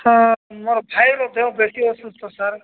sir ମୋ ଭାଇର ଦେହ ବେଶୀ ଅସୁସ୍ଥ ସାର୍